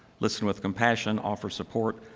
listen with compassion, offer support,